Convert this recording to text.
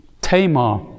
Tamar